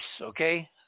okay